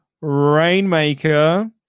rainmaker